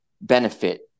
benefit